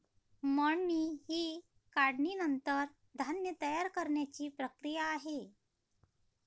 मळणी ही काढणीनंतर धान्य तयार करण्याची प्रक्रिया आहे